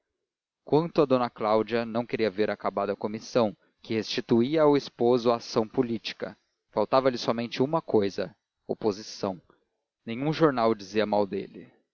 quanto a d cláudia não queria ver acabada a comissão que restituía ao esposo a ação política faltava-lhe somente uma cousa oposição nenhum jornal dizia mal dele